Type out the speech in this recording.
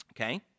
Okay